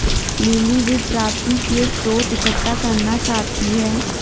lily वित्त प्राप्ति के स्रोत इकट्ठा करना चाहती है